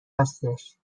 هستش